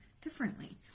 differently